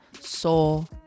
soul